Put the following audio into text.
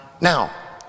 now